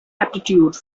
aptitude